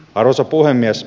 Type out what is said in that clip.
arvoisa puhemies